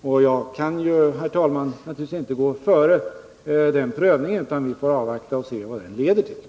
Och jag kan naturligtvis inte, herr talman, gå före den prövningen, utan vi får. Nr 58 avvakta och se vad den leder till.